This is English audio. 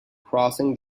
crossing